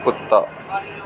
कुत्ता